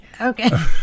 Okay